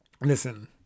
Listen